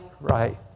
right